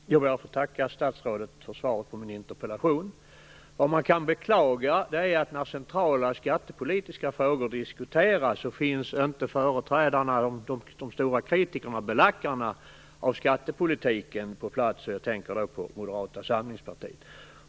Herr talman! Jag ber att få tacka statsrådet för svaret på min interpellation. Det man å ena sidan kan beklaga är att när centrala skattepolitiska frågor diskuteras finns inte de stora kritikerna och belackarna av skattepolitiken på plats. Jag tänker då på Moderata samlingspartiet.